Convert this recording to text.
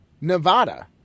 Nevada